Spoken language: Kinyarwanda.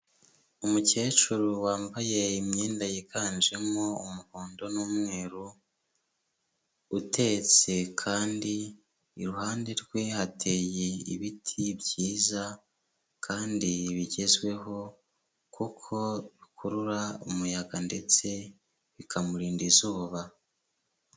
Umukecuru wambaye imyenda yiganjemo umuhondo n'umweru, utetse kandi iruhande rwe hateye ibiti byiza, kandi bigezweho, kuko bikurura umuyaga ndetse bikamurinda izuba.